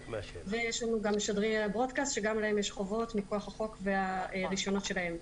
ויש לנו גם משדרי Broadcast שגם להם יש חובות מכוח החוק והרישיונות להן.